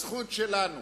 הזכות שלנו